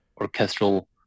orchestral